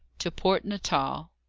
to port natal.